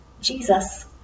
Jesus